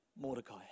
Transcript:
Mordecai